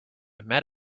met